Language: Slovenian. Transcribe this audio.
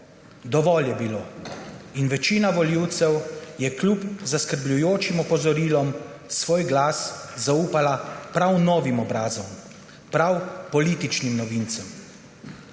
dovolj je bilo. Večina volivcev je kljub zaskrbljujočim opozorilom svoj glas zaupala prav novim obrazom, prav političnim novincem.